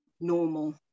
normal